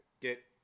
get